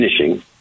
finishing